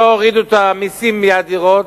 שלא הורידו את המסים על הדירות?